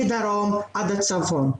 מהדרום עד הצפון.